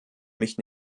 mich